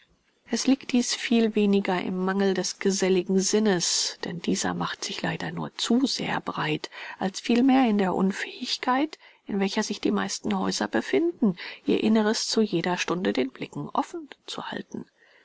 es liegt dies viel weniger im mangel des geselligen sinnes denn dieser macht sich leider nur zu sehr breit als vielmehr in der unfähigkeit in welcher sich die meisten häuser befinden ihr inneres zu jeder stunde den blicken offen zu halten